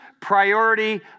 priority